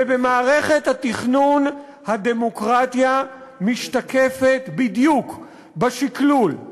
ובמערכת התכנון הדמוקרטיה משתקפת בדיוק בשקלול,